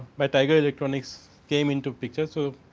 but tiger electronics came into picture. so,